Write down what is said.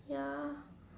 ya